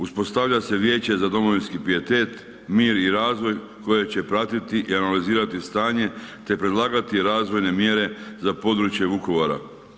Uspostavlja se Vijeće za domovinski pijetet, mir i razvoj koje će pratiti i analizirati stanje te predlagati razvojne mjere za područje Vukovara.